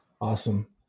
Awesome